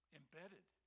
embedded